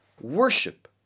worship